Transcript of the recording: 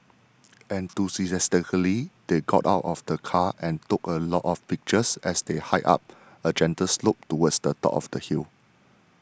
enthusiastically they got out of the car and took a lot of pictures as they hiked up a gentle slope towards the top of the hill